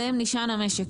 עליהם נשען המשק.